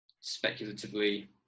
speculatively